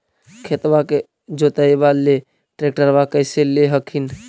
खेतबा के जोतयबा ले ट्रैक्टरबा कैसे ले हखिन?